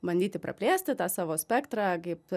bandyti praplėsti tą savo spektrą kaip